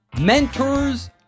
mentors